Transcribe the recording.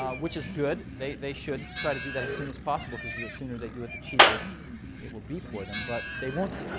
which is good. they they should try to do that as soon as possible, because the sooner they do it, the cheaper it will be for them. but